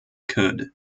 could